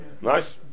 Nice